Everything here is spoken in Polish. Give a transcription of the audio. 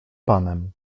panem